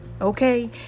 Okay